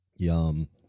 Yum